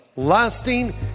lasting